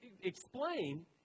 explain